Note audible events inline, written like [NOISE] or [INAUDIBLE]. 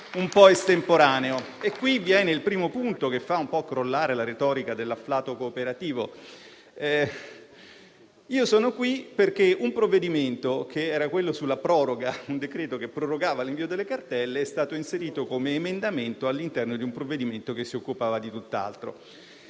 un po' estemporaneo. [APPLAUSE] Qui viene il primo punto, che fa un po' crollare la retorica dell'afflato cooperativo. Io sono qui perché un provvedimento, un decreto che prorogava l'invio delle cartelle esattoriali, è stato inserito come emendamento all'interno di un provvedimento che si occupava di tutt'altro.